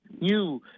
new